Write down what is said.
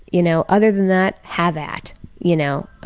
you know other than that, have at you know.